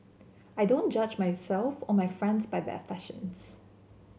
I don't judge myself or my friends by their fashions